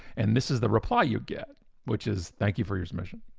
and this is the reply you get which is, thank you for your submission.